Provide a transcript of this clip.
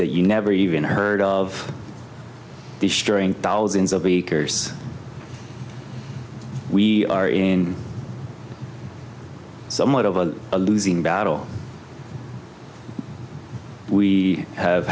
that you never even heard of destroying thousands of acres we are in somewhat of a losing battle we have